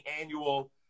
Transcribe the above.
annual